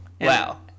Wow